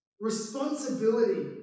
responsibility